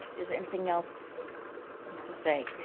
is there anything else to say?